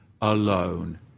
alone